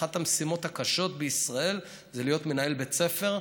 אחת המשימות הקשות בישראל זה להיות מנהל בית ספר,